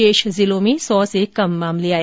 शेष जिलों में सौ से कम मामले आए